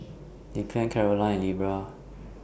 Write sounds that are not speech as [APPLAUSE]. Declan Karolyn and [UNINTELLIGIBLE]